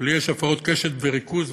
לי יש הפרעות קשב וריכוז,